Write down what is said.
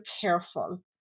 careful